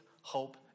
hope